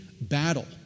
battle